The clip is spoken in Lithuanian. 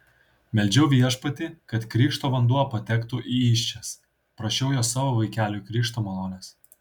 meldžiau viešpatį kad krikšto vanduo patektų į įsčias prašiau jo savo vaikeliui krikšto malonės